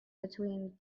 between